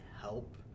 help